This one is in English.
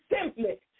simply